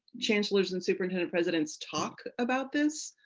chancellors and superintendent presidents talk about this